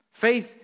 Faith